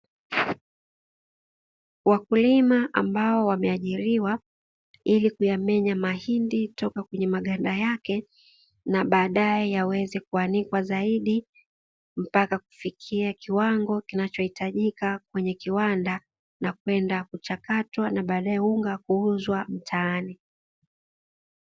Wakulima ambao wameajiriwa ili kuyamenya mahindi toka kwenye maganda yake, na baadaye yaweze kuanikwa zaidi mpaka kufikia kiwango kinachohitajika kwenye kiwanda na kwenda kuchakatwa na baadaye unga kwenda kuuzwa mtaani.